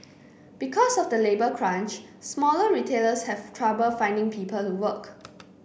because of the labour crunch smaller retailers have trouble finding people to work